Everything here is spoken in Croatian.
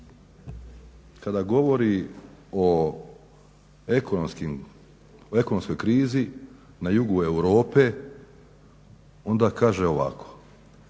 kada govori o ekonomskoj krizi na jugu Europe onda kaže ovako: